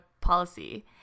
policy